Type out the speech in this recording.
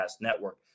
Network